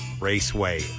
Raceway